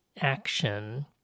action